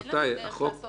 אין לנו דרך לעשות